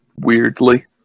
weirdly